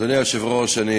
אדוני היושב-ראש,